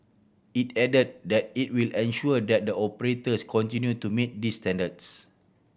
it added that it will ensure that the operators continue to meet these standards